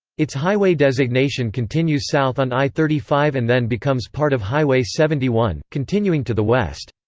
its highway designation continues south on i thirty five and then becomes part of highway seventy one, continuing to the west.